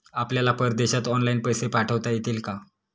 आपल्याला परदेशात ऑनलाइन पैसे पाठवता येतील का?